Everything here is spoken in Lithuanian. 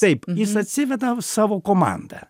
taip jis atsiveda savo komandą